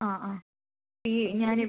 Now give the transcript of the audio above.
അ അ ഈ ഞാന്